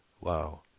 Wow